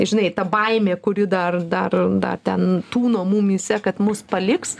žinai ta baimė kuri dar dar dar ten tūno mumyse kad mus paliks